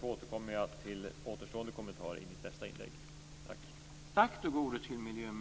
Jag återkommer därför till återstående kommentarer i mitt nästa inlägg.